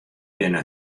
binne